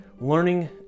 learning